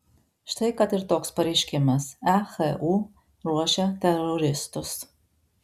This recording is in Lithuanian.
štai kad ir toks pareiškimas ehu ruošia teroristus